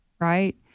right